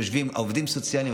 יושבים העובדים הסוציאליים,